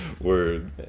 Word